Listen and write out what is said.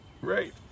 right